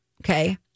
okay